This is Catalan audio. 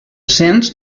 cens